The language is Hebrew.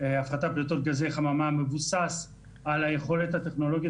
הפחתת פליטות גזי חממה מבוסס על היכולת הטכנולוגית